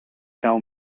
tell